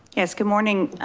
yes, good morning.